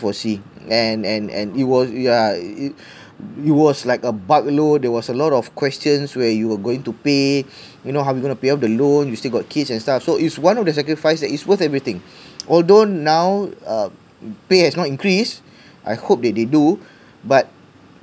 foresee and and and it was yeah it was like a buck load there was a lot of questions where you were going to pay you know how are we gonna pay off the loan you still got kids and stuff so it's one of the sacrifice that is worth everything although now uh pay has not increased I hope that they do but